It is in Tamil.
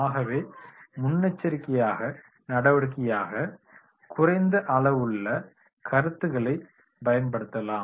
ஆகவே முன்னெச்சரிக்கை நடவடிக்கையாக குறைந்த அளவுள்ள கருத்துக்களை பயன்படுத்தலாம்